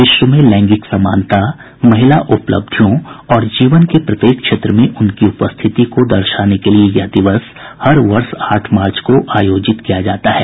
विश्व में लैंगिक समानता महिला उपलब्धियों और जीवन के प्रत्येक क्षेत्र में उनकी उपस्थिति को दर्शाने के लिए यह दिवस हर वर्ष आठ मार्च को आयोजित किया जाता है